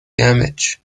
damage